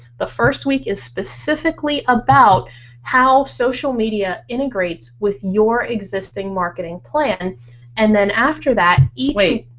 the first week is specifically about how social media integrates with your existing marketing plan and then after that wait.